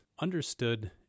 Understood